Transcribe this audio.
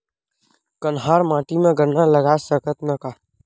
कन्हार माटी म गन्ना लगय सकथ न का?